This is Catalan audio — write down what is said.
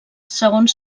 segons